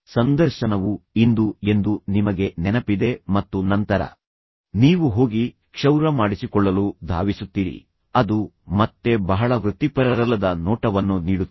ಸಂದರ್ಶನವು ಇಂದು ಎಂದು ನಿಮಗೆ ನೆನಪಿದೆ ಮತ್ತು ನಂತರ ನೀವು ಹೋಗಿ ಕ್ಷೌರ ಮಾಡಲು ಧಾವಿಸುತ್ತೀರಿ ಅದು ಮತ್ತೆ ಬಹಳ ವೃತ್ತಿಪರರಲ್ಲದ ನೋಟವನ್ನು ನೀಡುತ್ತದೆ